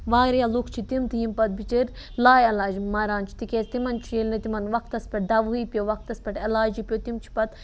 واریاہ لُکھ چھِ تِم تہِ یِم پَتہٕ بِچٲرۍ لاعلاج مَران چھِ تِکیٛازِ تِمَن چھُ ییٚلہِ نہٕ تِمَن وقتَس پٮ۪ٹھ دَوہٕے پیوٚو وقتَس پٮ۪ٹھ علاجے پیوٚو تِم چھِ پَتہٕ